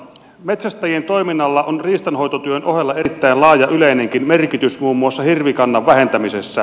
metsästäjien toiminnalla on riistanhoitotyön ohella erittäin laaja yleinenkin merkitys muun muassa hirvikannan vähentämisessä